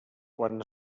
quan